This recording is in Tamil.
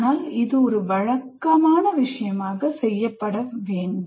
ஆனால் இது ஒரு வழக்கமான விஷயமாக செய்யப்பட வேண்டும்